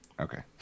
Okay